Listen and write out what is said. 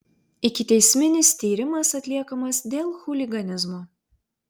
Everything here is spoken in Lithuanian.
ikiteisminis tyrimas atliekamas dėl chuliganizmo